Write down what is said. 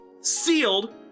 sealed